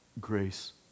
grace